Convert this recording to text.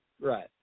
right